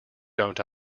don’t